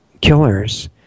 killers